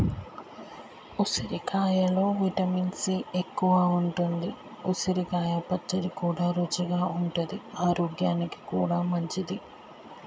ఉసిరికాయలో vitamin C ఎక్కువుంటది, ఉసిరికాయ పచ్చడి కూడా రుచిగా ఉంటది ఆరోగ్యానికి కూడా మంచిది